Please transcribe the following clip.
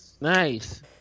Nice